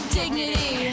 dignity